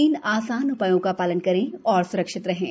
तीन आसान उपायों का पालन करें और स्रक्षित रहें